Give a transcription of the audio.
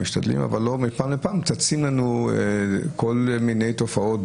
מפעם לפעם צצים לנו כל מיני תופעות,